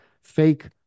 fake